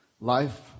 life